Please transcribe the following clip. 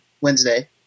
Wednesday